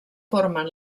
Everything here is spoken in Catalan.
formen